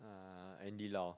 uh Andy-Lau